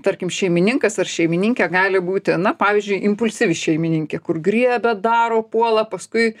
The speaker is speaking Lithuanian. tarkim šeimininkas ar šeimininkė gali būti na pavyzdžiui impulsyvi šeimininkė kur griebia daro puola paskui